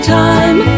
time